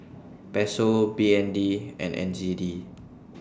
Peso B N D and N Z D